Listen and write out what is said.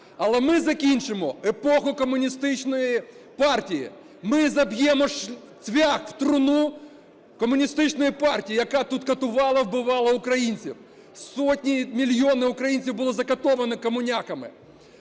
Але ми закінчимо епоху Комуністичної партії, ми заб'ємо цвях в труну Комуністичної партії, яка тут катувала, вбивала українців, сотні, мільйони українців було закатовано комуняками.